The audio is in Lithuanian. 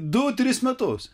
du tris metus